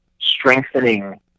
strengthening